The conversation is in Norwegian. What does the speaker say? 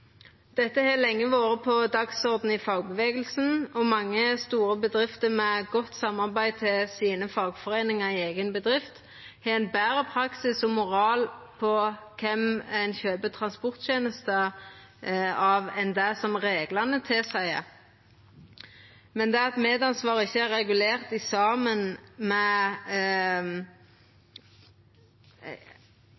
Dette har lenge vore på dagsordenen i fagbevegelsen, og mange store bedrifter med godt samarbeid med fagforeiningane i eiga bedrift har ein betre praksis og moral når det gjeld kven ein kjøper transporttenester av, enn det reglane tilseier. Men det at medansvar ikkje er regulert i denne samanhengen, med